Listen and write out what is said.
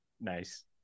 nice